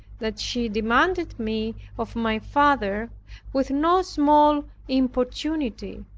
that she demanded me of my father with no small importunity.